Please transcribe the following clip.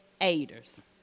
aiders